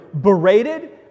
berated